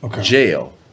Jail